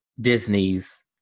Disney's